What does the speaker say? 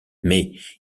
mais